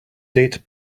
date